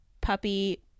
puppy